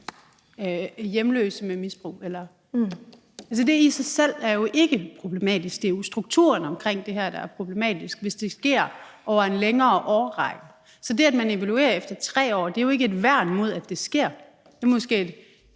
hjemløse med misbrug. Det i sig selv er jo ikke problematisk. Det er jo strukturen omkring det her, der er problematisk, hvis det sker over en længere årrække. Så det, at man evaluerer efter 3 år, er jo ikke et værn mod, at det sker. Det er jo bare